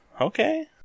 Okay